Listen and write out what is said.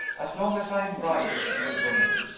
as long as i am right, said romayne,